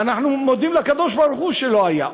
ואנחנו מודים לקדוש-ברוך-הוא שלא היה.